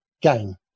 game